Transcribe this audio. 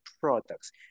products